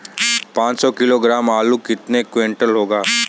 पाँच सौ किलोग्राम आलू कितने क्विंटल होगा?